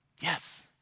Yes